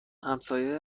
همسایه